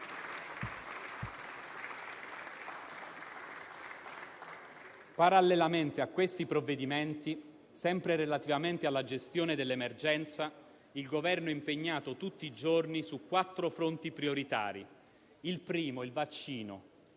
Parallelamente a questi provvedimenti, sempre relativamente alla gestione dell'emergenza, il Governo è impegnato tutti i giorni su quattro fronti prioritari, il primo dei